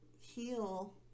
heal